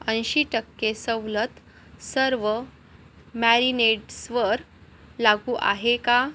ऐंशी टक्के सवलत सर्व मॅरिनेड्सवर लागू आहे का